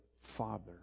Father